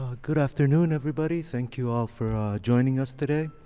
ah good afternoon everybody. thank you all for joining us today.